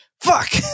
Fuck